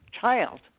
child